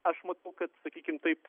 aš matau kad sakykim taip